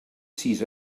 sis